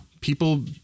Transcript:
People